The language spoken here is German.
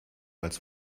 als